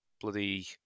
bloody